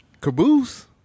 Caboose